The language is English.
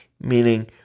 Meaning